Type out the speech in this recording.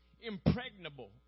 impregnable